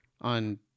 on